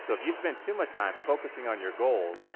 so if you spend too much time focusing on your goals,